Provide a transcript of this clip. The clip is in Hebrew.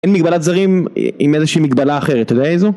אין מגבלת זרים עם איזושהי מגבלה אחרת, אתה יודע איזו?